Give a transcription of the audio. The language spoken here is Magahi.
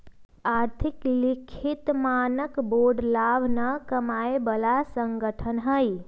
आर्थिक लिखल मानक बोर्ड लाभ न कमाय बला संगठन हइ